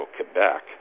Quebec